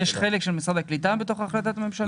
יש חלק של משרד הקליטה בתוך החלטת הממשלה?